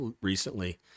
recently